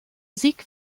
sieg